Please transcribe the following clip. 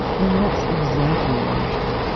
and that's exactly where we are.